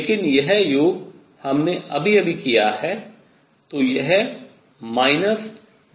लेकिन यह योग हमने अभी अभी किया है